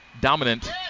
dominant